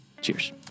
cheers